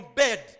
bed